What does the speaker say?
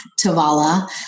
Tavala